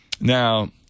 Now